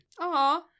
Aww